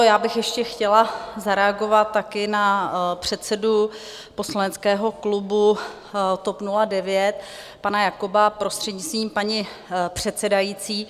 Já bych ještě chtěla zareagovat také na předsedu poslaneckého klubu TOP 09 pana Jakoba, prostřednictvím paní předsedající.